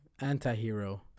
Anti-hero